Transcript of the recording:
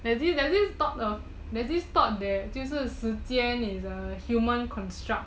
there's this there's this thought there's this thought that 时间 is a human construct